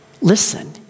Listen